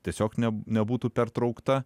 tiesiog ne nebūtų pertraukta